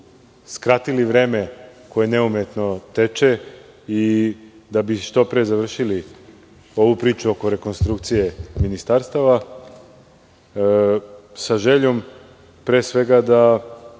skratili vreme koje neumitno teče i da bi što pre završili ovu priču oko rekonstrukcije ministarstava, sa željom pre svega da